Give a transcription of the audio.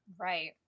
Right